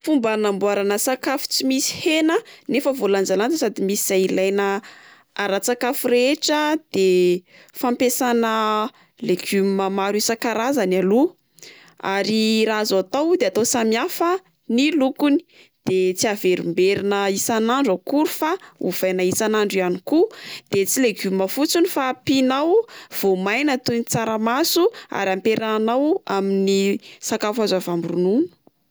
Fomba anamboarana sakafo tsy misy hena nefa voalanjalanja sady misy izay ilaina ara-tsakafo rehetra de fampiasana legioma maro isan-karazany aloa, ary raha azo atao de atao samy hafa ny lokony de tsy averimberina isan'andro akory fa ovaina isan'andro ihany koa, de tsy legioma fotsiny fa ampinao voamaina toy ny tsaramaso ary ampiarahanao amin'ny sakafo azo avy amin'ny ronono.